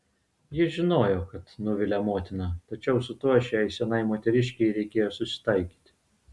ji žinojo kad nuvilia motiną tačiau su tuo šiai senai moteriškei reikėjo susitaikyti